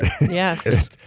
Yes